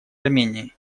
армении